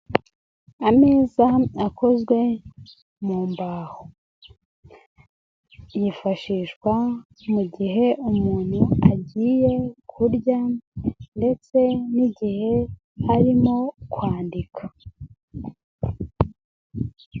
Ameza akozwe mu mbaho. Yifashishwa mu gihe umuntu agiye kurya ndetse n'igihe arimo kwandika.